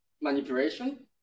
manipulation